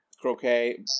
Croquet